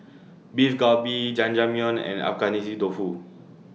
Beef Galbi Jajangmyeon and Agedashi Dofu